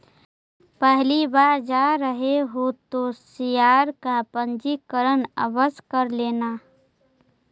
पहली बार जा रहे हो तो शेयर का पंजीकरण आवश्य करा लेना